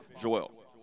Joel